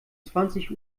zwanzig